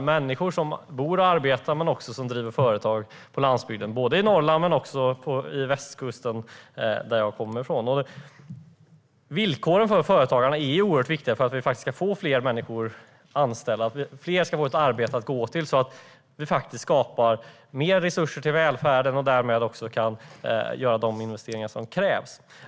Det drabbar människor som bor och arbetar men också de som driver företag på landsbygden i Norrland men också på västkusten, där jag kommer ifrån. Villkoren för företagarna är oerhört viktiga för att vi ska få fler människor anställda och att fler ska få ett arbete att gå till så att vi skapar mer resurser till välfärden och därmed också kan göra de investeringar som krävs.